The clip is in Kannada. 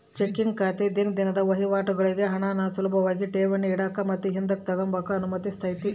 ಚೆಕ್ಕಿಂಗ್ ಖಾತೆ ದಿನ ದಿನುದ್ ವಹಿವಾಟುಗುಳ್ಗೆ ಹಣಾನ ಸುಲುಭಾಗಿ ಠೇವಣಿ ಇಡಾಕ ಮತ್ತೆ ಹಿಂದುಕ್ ತಗಂಬಕ ಅನುಮತಿಸ್ತತೆ